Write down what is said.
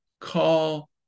call